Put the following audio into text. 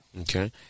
Okay